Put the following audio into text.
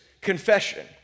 confession